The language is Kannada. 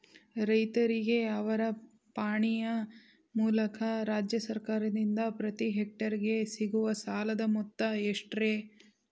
ರೈತರಿಗೆ ಅವರ ಪಾಣಿಯ ಮೂಲಕ ರಾಜ್ಯ ಸರ್ಕಾರದಿಂದ ಪ್ರತಿ ಹೆಕ್ಟರ್ ಗೆ ಸಿಗುವ ಸಾಲದ ಮೊತ್ತ ಎಷ್ಟು ರೇ?